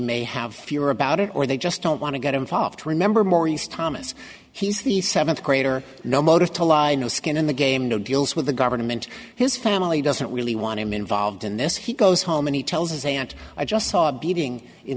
may have fewer about it or they just don't want to get involved remember maurice thomas he's the seventh grader no motive to lie no skin in the game no deals with the government his family doesn't really want him involved in this he goes home and he tells his aunt i just saw beating in